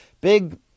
big